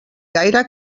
gaire